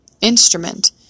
Instrument